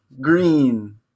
green